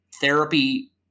therapy